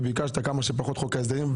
וביקשת כמה שפחות חוק ההסדרים,